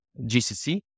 GCC